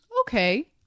Okay